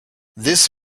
this